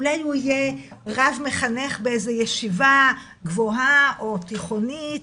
אולי יהיה רב מחנך באיזו ישיבה גבוהה או תיכונית.